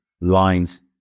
lines